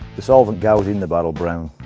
the solvent goes in the barrel brown,